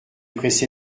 pressé